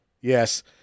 Yes